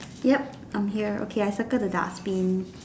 ya I'm here okay I circle the dustbin